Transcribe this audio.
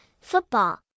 football